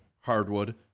Hardwood